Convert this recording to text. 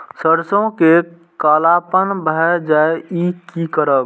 सरसों में कालापन भाय जाय इ कि करब?